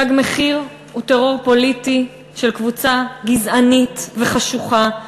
"תג מחיר" הוא טרור פוליטי של קבוצה גזענית וחשוכה.